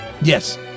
Yes